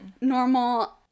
normal